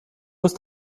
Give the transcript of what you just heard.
ist